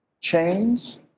chains